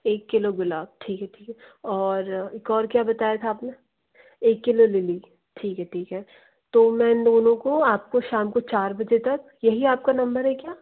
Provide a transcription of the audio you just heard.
एक किलो गुलाब ठीक है ठीक है और एक और क्या बताया था आपने एक किलो लिली ठीक है ठीक है तो मैं उन दोनों को आपको शाम को चार बजे तक यही आपका नंबर है क्या